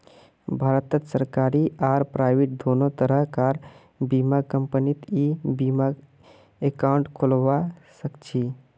भारतत सरकारी आर प्राइवेट दोनों तरह कार बीमा कंपनीत ई बीमा एकाउंट खोलवा सखछी